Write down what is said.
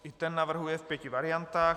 I ten navrhuje v pěti variantách.